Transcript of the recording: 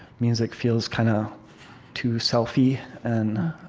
music feels kind of too self-y, and